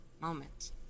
moment